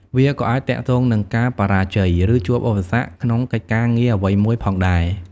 វាក៏អាចទាក់ទងនឹងការបរាជ័យ ឬជួបឧបសគ្គក្នុងកិច្ចការងារអ្វីមួយផងដែរ។